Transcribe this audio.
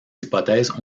hypothèses